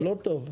זה לא טוב.